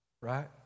Right